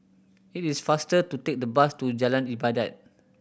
it is faster to take the bus to Jalan Ibadat